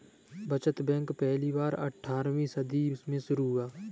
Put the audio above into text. बचत बैंक पहली बार अट्ठारहवीं सदी में शुरू हुआ